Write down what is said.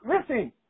Listen